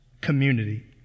Community